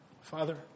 Father